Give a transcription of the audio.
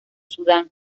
sudán